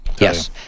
Yes